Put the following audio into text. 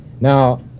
Now